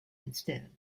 instead